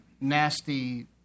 nasty